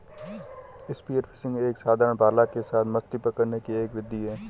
spear fishing एक साधारण भाला के साथ मछली पकड़ने की एक विधि है